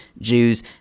Jews